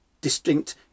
distinct